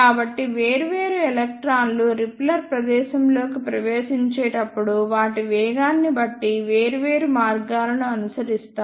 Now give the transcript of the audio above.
కాబట్టి వేర్వేరు ఎలక్ట్రాన్లు రిపెల్లర్ ప్రదేశంలోకి ప్రవేశించేటప్పుడు వాటి వేగాన్ని బట్టి వేర్వేరు మార్గాలను అనుసరిస్తాయి